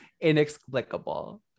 inexplicable